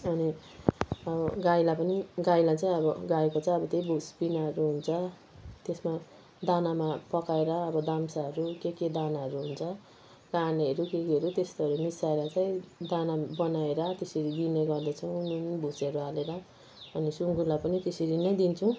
अनि अब गाईलाई पनि गाईलाई चाहिँ अब गाईको चाहिँ अब त्यही भुस पिनाहरू हुन्छ त्यसमा दानामा पकाएर अब दामसाहरू के के दानाहरू हुन्छ कानेहरू के केहरू त्यस्तोहरू मिसाएर चाहिँ दाना बनाएर त्यसरी दिने गर्दछौँ नुन भुसहरू हालेर अनि सुँगुरलाई पनि त्यसरी नै दिन्छौँ